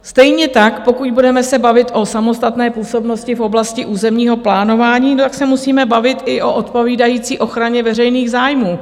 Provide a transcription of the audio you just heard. Stejně tak, pokud se budeme bavit o samostatné působnosti v oblasti územního plánování, se musíme bavit i o odpovídající ochraně veřejných zájmů.